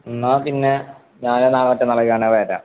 എന്നാല് പിന്നെ ഞാന് നാളെയോ മറ്റന്നാളോ അങ്ങോട്ട് വരാം